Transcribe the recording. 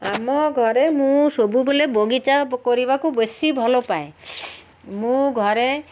ଆମ ଘରେ ମୁଁ ସବୁବେଲେ ବଗିଚା କରିବାକୁ ବେଶୀ ଭଲ ପାଏ ମୁଁ ଘରେ